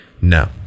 No